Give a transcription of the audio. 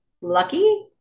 Lucky